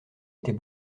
était